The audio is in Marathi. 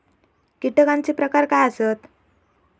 कीटकांचे प्रकार काय आसत?